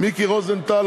מיקי רוזנטל,